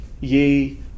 ye